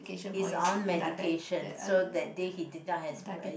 he's on medication so that day he did not has